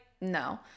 no